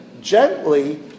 gently